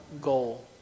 goal